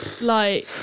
like-